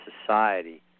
society